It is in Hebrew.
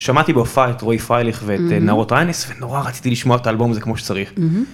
שמעתי בו פייט רוי פייליך ונרוט ריינס נורא רציתי לשמוע את האלבום זה כמו שצריך.